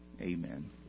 Amen